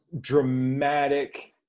dramatic